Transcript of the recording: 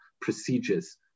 procedures